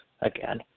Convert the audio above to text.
again